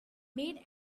made